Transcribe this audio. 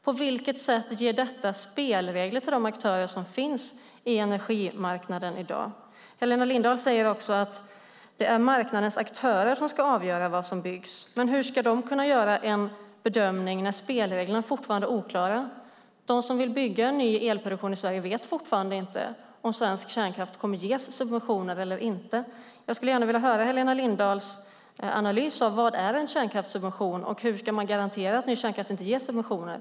På vilket sätt ger dessa besked spelregler för de aktörer som i dag finns på energimarknaden? Helena Lindahl säger att det är marknadens aktörer som ska avgöra vad som byggs, men hur ska de kunna göra en bedömning när spelreglerna fortfarande är oklara? De som vill bygga ny elproduktion i Sverige vet fortfarande inte om svensk kärnkraft kommer att ges subventioner eller inte. Jag skulle gärna vilja höra Helena Lindahls analys av vad en kärnkraftssubvention är och hur man ska garantera att ny kärnkraft inte ges subventioner.